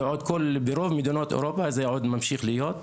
ברוב מדינות אירופה זה עוד ממשיך להיות.